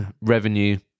revenue